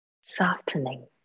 softening